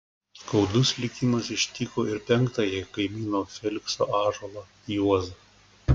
skaudus likimas ištiko ir penktąjį kaimyno felikso ąžuolą juozą